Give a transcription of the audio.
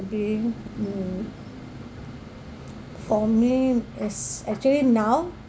be mm for me is actually now